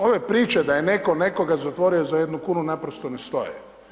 Ove priče da je netko nekoga zatvorio za jednu kunu naprosto ne stoje.